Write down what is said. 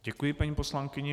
Děkuji paní poslankyni.